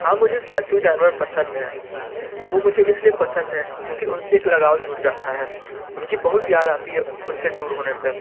हाँ मुझे पालतू जानवर पसंद हैं वो मुझे इस लिए पसंद हैं क्योंकि उन से एक लगाव जुड़ जाता है उनकी बहुत याद आती है उन से दूर होने पर